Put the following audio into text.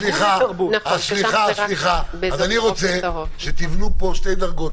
אז אני רוצה שתבנו פה שתי דרגות,